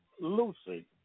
Lucy